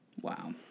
Wow